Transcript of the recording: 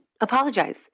apologize